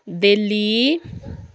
Delhi